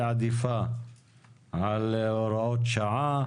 היא עדיפה על הוראת שעה.